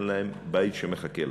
אין להם בית שמחכה להם.